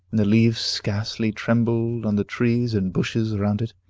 and the leaves scarcely trembled on the trees and bushes round it.